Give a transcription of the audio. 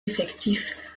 effectif